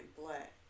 black